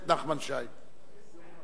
רבותי, מי שרוצה להשתתף בנאומים